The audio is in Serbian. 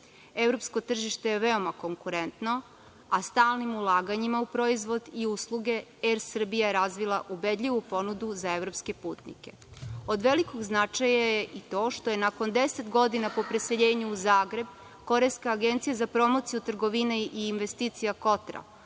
Evropsko tržište je veoma konkurentno, a stalnim ulaganjima u proizvod i usluge Er Srbija je razvila ubedljivu ponudu za evropski putnike. Od velikog značaja je i to što je nakon 10 godina po preseljenju u Zagreb korejska Agencija za promociju trgovine i investicija „Kotra“